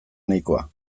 nahikoa